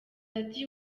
ati